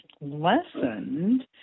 lessened